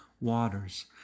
waters